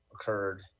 occurred